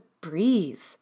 breathe